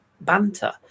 banter